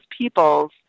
people's